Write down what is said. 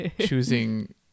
choosing